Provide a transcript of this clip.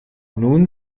nun